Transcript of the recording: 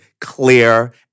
clear